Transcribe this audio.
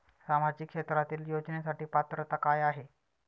सामाजिक क्षेत्रांतील योजनेसाठी पात्रता काय आहे?